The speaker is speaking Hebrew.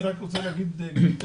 גברתי